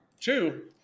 two